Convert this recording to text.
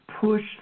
push